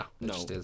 no